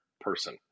person